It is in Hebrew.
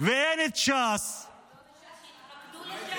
-- ואין את ש"ס -- שיתפקדו לש"ס.